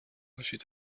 باشید